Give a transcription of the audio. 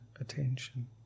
attention